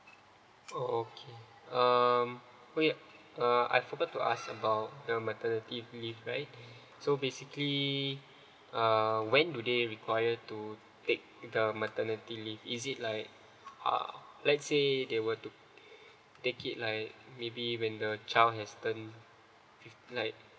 oh okay um oh ya I forgot to ask about the maternity leave right so basically err when do they require to take the maternity leave is it like uh let's say they were to take it like maybe when the child has turn fif~ like